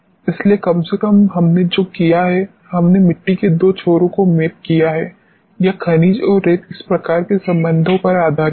इसलिए कम से कम हमने जो किया है हमने मिट्टी के दो छोरों को मैप किया है यह खनिज और रेत इस प्रकार के संबंधों पर आधारित है